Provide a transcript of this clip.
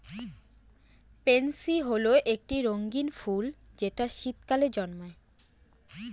pansy হল একটি রঙ্গীন ফুল যেটা শীতকালে জন্মায়